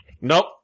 nope